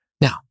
Now